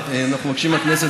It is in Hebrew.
אנחנו מבקשים מהכנסת,